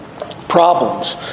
problems